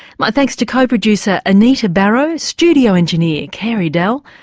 my thanks to co-producer anita barraud, studio engineer carey dell.